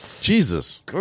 Jesus